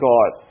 God